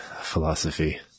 philosophy